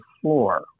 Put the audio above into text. floor